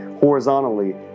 horizontally